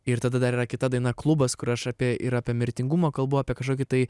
ir tada dar yra kita daina klubas kur aš apie ir apie mirtingumą kalbu apie kažkokį tai